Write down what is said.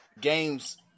games